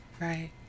right